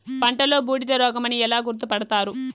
పంటలో బూడిద రోగమని ఎలా గుర్తుపడతారు?